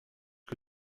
que